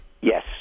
yes